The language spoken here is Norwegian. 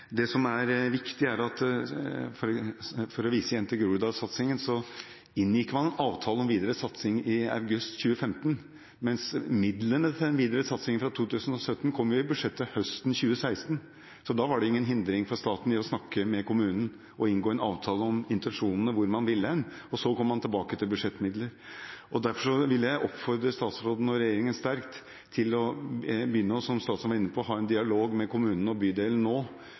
å vise til Groruddalssatsingen – man inngikk en avtale om videre satsing i august 2015, mens midlene til den videre satsingen fra 2017 kom i budsjettet høsten 2016. Da var det ingen hindring for staten å snakke med kommunen og inngå en avtale om intensjonene, om hvor man ville hen. Og så kom man tilbake til budsjettmidler. Derfor vil jeg oppfordre statsråden og regjeringen sterkt til – som statsråden var inne på – å ha en dialog med kommunen og bydelen nå,